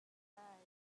lai